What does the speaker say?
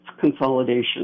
consolidation